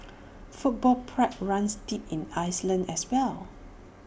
football pride runs deep in Iceland as well